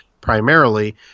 primarily